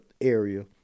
area